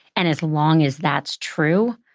and as long as that's true,